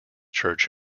church